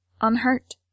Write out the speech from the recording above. unhurt